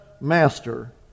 master